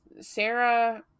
Sarah